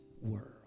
world